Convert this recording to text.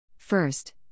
First